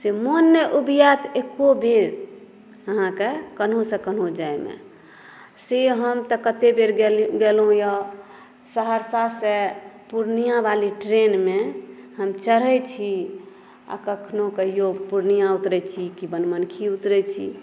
से मोन नहि ऊबियात एकोबेर अहाँके कन्हूसँ कन्हू जाय मे से हम तऽ कतेक बेर गेलहुॅं अछि सहरसासे पूर्णिया वाली ट्रैनमे हम चढ़ै छी आ कखनहुँ कहियो पूर्णिया उतरै छी की बनमनखी उतरै छी